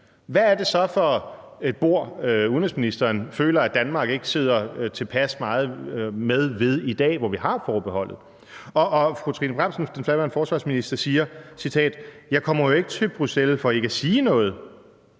hvad er det så for et bord, udenrigsministeren føler at Danmark ikke sidder tilpas meget med ved i dag, hvor vi har forbeholdet? Fru Trine Bramsen sagde som daværende forsvarsminister: Jeg kommer jo ikke til Bruxelles for ikke at sige noget.